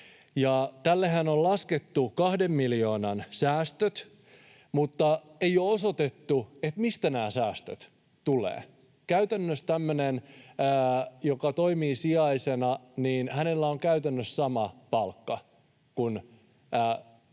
Tällehän on laskettu kahden miljoonan säästöt, mutta ei ole osoitettu, mistä nämä säästöt tulevat. Käytännössä tämmöisellä, joka toimii sijaisena, on sama palkka kuin